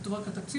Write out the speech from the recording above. כתוב רק התקציב.